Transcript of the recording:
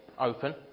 open